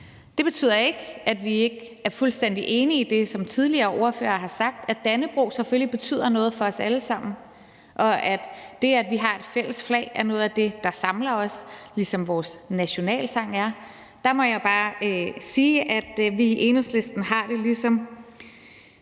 Det betyder ikke, at vi ikke er fuldstændig enige i det, som tidligere ordførere har sagt, altså at Dannebrog selvfølgelig betyder noget for os alle sammen, og at det, at vi har et fælles flag, er noget af det, der samler os, ligesom vores nationalsang gør. Der må jeg bare sige, at vi i Enhedslisten har det ligesom